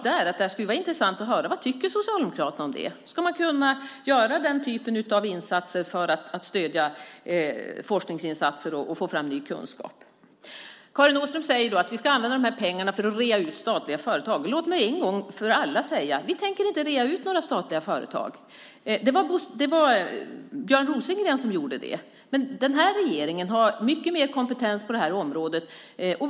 Det skulle vara intressant att höra vad Socialdemokraterna tycker om det. Ska man kunna göra den typen av insatser för att stödja forskningsinsatser och få fram ny kunskap? Karin Åström säger att vi ska använda pengarna till att rea ut statliga företag. Låt mig en gång för alla säga att vi inte tänker rea ut några statliga företag. Det var Björn Rosengren som gjorde det. Denna regering har mycket mer kompetens på området.